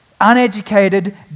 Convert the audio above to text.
uneducated